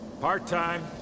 Part-time